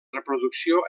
reproducció